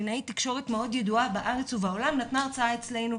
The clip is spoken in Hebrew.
קלינאית תקשורת מאוד ידועה בארץ ובעולם נתנה הרצאה אצלנו.